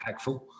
impactful